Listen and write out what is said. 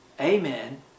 Amen